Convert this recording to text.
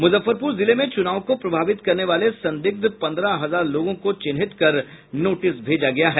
मूजफ्फरपूर जिले में चूनाव को प्रभावित करने वाले संदिग्ध पन्द्रह हजार लोगों को चिन्हित कर नोटिस भेजा गया है